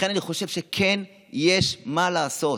לכן אני חושב שכן יש מה לעשות.